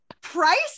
Price